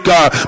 God